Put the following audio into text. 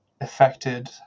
affected